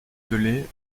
delaye